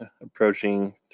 approaching